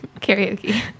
karaoke